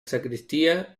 sacristía